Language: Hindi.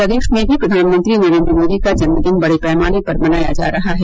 प्रदेश में भी प्रधानमंत्री नरेन्द्र मोदी का जन्मदिन बड़े पैमाने पर मनाया जा रहा है